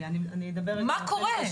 מה קורה?